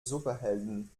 superhelden